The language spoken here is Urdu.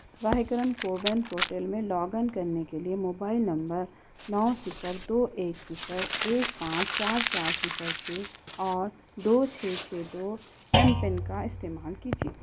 براہ کرم کوون پورٹل میں لاگن کرنے کے لیے موبائل نمبر نو صفر دو ایک صفر ایک پانچ چار چار صفر چھ اور دو چھ چھ دو ایم پن کا استعمال کیجیے